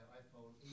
iPhone